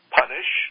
punish